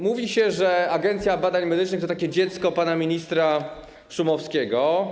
Mówi się, że Agencja Badań Medycznych to dziecko pana ministra Szumowskiego.